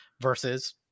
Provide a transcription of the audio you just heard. versus